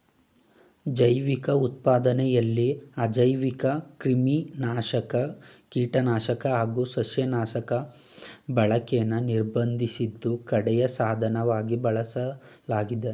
ಜೈವಿಕ ಉತ್ಪಾದನೆಲಿ ಅಜೈವಿಕಕ್ರಿಮಿನಾಶಕ ಕೀಟನಾಶಕ ಹಾಗು ಸಸ್ಯನಾಶಕ ಬಳಕೆನ ನಿರ್ಬಂಧಿಸಿದ್ದು ಕಡೆಯ ಸಾಧನವಾಗಿ ಉಳಿಸಲಾಗಿದೆ